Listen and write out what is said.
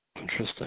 Interesting